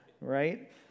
right